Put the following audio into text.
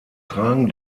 tragen